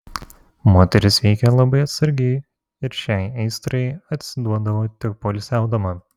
moteris veikė labai atsargiai ir šiai aistrai atsiduodavo tik poilsiaudama